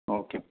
okay